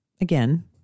Again